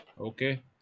okay